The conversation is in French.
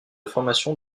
formation